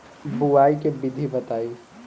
बुआई के विधि बताई?